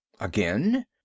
again